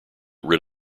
rid